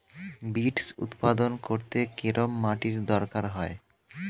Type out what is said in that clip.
Beets উৎপাদন করতে কেরম মাটির দরকার হয়?